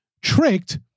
tricked